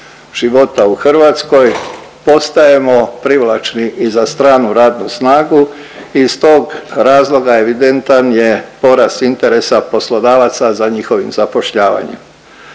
života u Hrvatskoj, postajemo privlači i za stranu radnu snagu, iz tog razloga evidentan je porast interesa poslodavaca za njihovim zapošljavanjem.